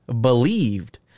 believed